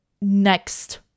next